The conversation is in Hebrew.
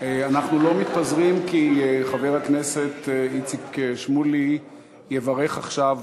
אנחנו לא מתפזרים כי חבר הכנסת איציק שמולי יברך עכשיו,